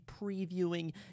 previewing